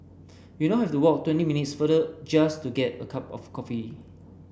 we now have to walk twenty minutes farther just to get a cup of coffee